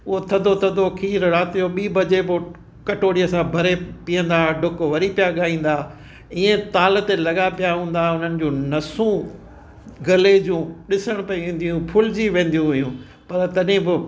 हूअ थदो थदो खीर राति जो ॿी बजे बि कटोरीअ सां भरे पीअंदा हुआ ढुक वरी पिया ॻाईंदा हुआ ईअं ताल ते लॻा पिया हूंदा हुआ उन्हनि जो नसूं गले जूं ॾिसण पई ईंदियूं फुलजी वेंदियूं हुइयूं पर तॾहिं बि